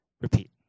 repeat